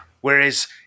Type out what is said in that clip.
Whereas